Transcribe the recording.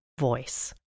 voice